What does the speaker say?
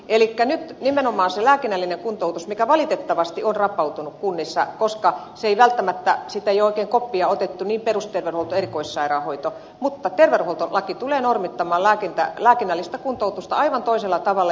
elikkä nyt nimenomaan se lääkinnällinen kuntoutus valitettavasti on rapautunut kunnissa koska siitä ei ole välttämättä oikein koppia otettu perusterveydenhuollossa eikä erikoissairaanhoidossa mutta terveydenhuoltolaki tulee normittamaan lääkinnällistä kuntoutusta aivan toisella tavalla